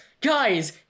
guys